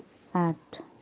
आठ